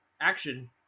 action